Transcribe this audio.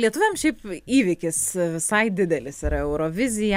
lietuviams šiaip įvykis visai didelis yra eurovizija